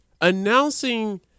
announcing